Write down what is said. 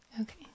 Okay